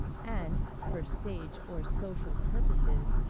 and, for stage or social purposes,